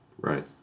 Right